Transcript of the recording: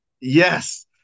Yes